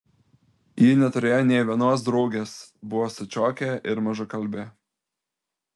ji neturėjo nė vienos draugės buvo stačiokė ir mažakalbė